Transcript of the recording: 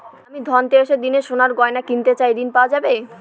আমি ধনতেরাসের দিন সোনার গয়না কিনতে চাই ঝণ পাওয়া যাবে?